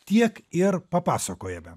tiek ir papasakojame